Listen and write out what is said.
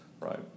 Right